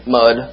mud